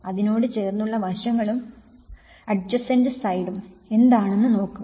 അതിനോട് ചേർന്നുള്ള വശങ്ങളും അഡ്ജസന്റ് സൈഡും എന്താണെന്ന് നോക്കുക